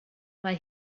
mae